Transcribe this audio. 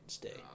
Day